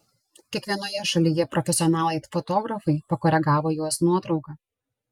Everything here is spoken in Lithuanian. kiekvienoje šalyje profesionalai fotografai pakoregavo jos nuotrauką